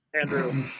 Andrew